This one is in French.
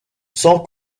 sans